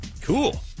Cool